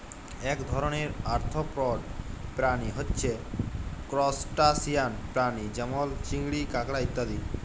এক ধরণের আর্থ্রপড প্রাণী হচ্যে ত্রুসটাসিয়ান প্রাণী যেমল চিংড়ি, কাঁকড়া ইত্যাদি